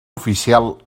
oficial